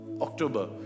October